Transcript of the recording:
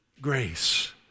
Grace